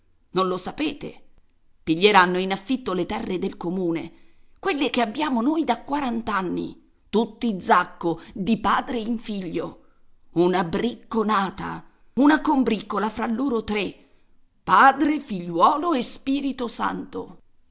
non lo sapete piglieranno in affitto le terre del comune quelle che abbiamo noi da quarant'anni tutti i zacco di padre in figlio una bricconata una combriccola fra loro tre padre figliuolo e spirito santo